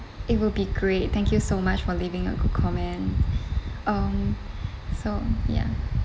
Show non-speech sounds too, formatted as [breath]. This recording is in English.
it will be great thank you so much for leaving a good comment [breath] um [breath] so ya